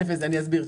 אני אסביר.